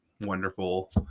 wonderful